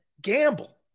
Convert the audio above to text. gamble